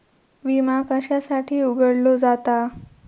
विमा कशासाठी उघडलो जाता?